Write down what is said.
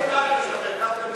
זה, חיסול הדמוקרטיה שלכם.